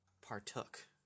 partook